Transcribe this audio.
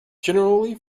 generally